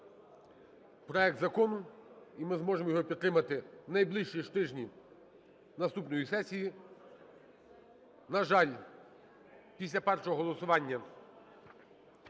проект закону і ми зможемо його підтримати в найближчі тижні наступної сесії. На жаль, після першого голосування